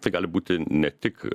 tai gali būti ne tik